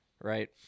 right